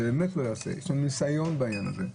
זה באמת לא יעשה את זה, יש לי ניסיון בעניין הזה.